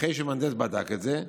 אחרי שמהנדס בדק את זה,